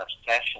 obsession